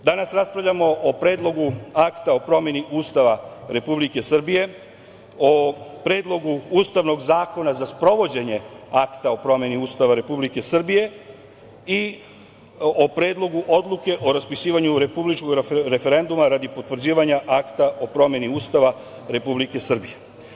Danas raspravljamo o Predlogu akta o promeni Ustava Republike Srbije, o Predlogu ustavnog zakona za sprovođenje akta o promeni Ustava Republike Srbije i o Predlogu odluke o raspisivanju republičkog referenduma radi potvrđivanja Akta o promeni Ustava Republike Srbije.